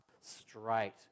straight